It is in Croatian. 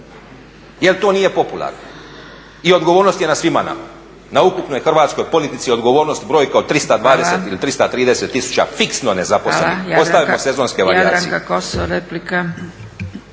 jel to nije popularno. I odgovornost je na svima nama, na ukupnoj hrvatskoj politici je odgovornost brojke od 320 tisuća ili 330 tisuća fiksno nezaposlenih, ostavimo sezonske varijacije.